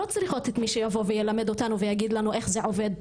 לא צריכות את מי שיבוא וילמד אותנו איך זה עובד,